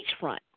beachfront